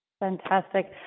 Fantastic